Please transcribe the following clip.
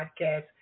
podcast